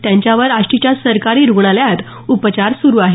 त्यांच्यावर आष्टीच्या सरकारी रुग्णालयात उपचार सुरू आहेत